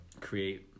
create